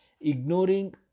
ignoring